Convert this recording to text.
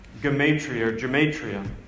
Gematria